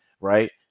Right